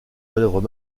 manœuvres